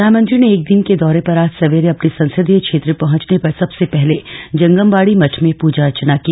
प्रधानमंत्री ने एक दिन के दौरे पर आज सवेरे अपने संसदीय क्षेत्र पहंचने पर सबसे पहले जंगम बाडी मठ में पूजा अर्चना की